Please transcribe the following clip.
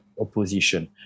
opposition